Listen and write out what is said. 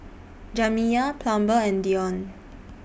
Jamiya Plummer and Deon